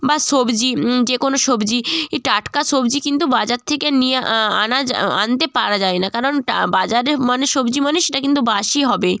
বা সবজি যে কোনো সবজি ই টাটকা সবজি কিন্তু বাজার থেকে নিয়ে আনা যা আনতে পারা যায় না কারণ বাজারে মানে সবজি মানে সেটা কিন্তু বাসি হবে